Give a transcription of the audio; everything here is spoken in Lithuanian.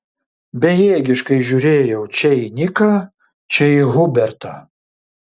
bejėgiškai žiūrėjau čia į niką čia į hubertą